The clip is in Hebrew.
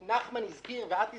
נחמן שי הזכיר, ואת הזכרת,